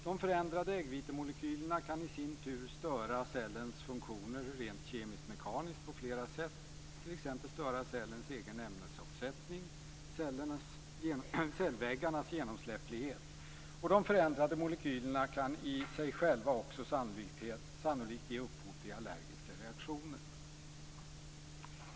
De förändrade äggvitemolekylerna kan i sin tur störa cellens funktioner rent kemiskt-mekaniskt på flera sätt, t.ex. störa cellens egen ämnesomsättning och cellväggarnas genomsläpplighet. De förändrade molekylerna kan i sig själva också sannolikt ge upphov till allergiska reaktioner.